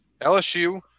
LSU